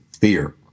fear